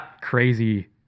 crazy